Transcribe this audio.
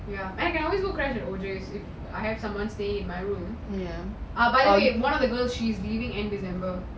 I have someone stay in my room ah by the way one of the girl she's leaving end december